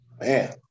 man